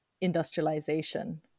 industrialization